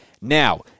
Now